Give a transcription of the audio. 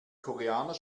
koreaner